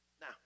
Now